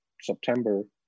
September